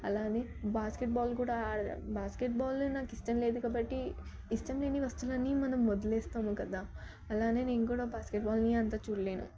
అలాగే బాస్కెట్బాల్ కూడా ఆడ బాస్కెట్బాల్ నాకు ఇష్టం లేదు కాబట్టి ఇష్టం లేని వస్తువులని మనం వదిలేస్తాము కదా అలాగే నేను కూడా బాస్కెట్బాల్ని అంత చూడలేను